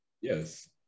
Yes